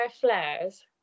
flares